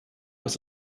was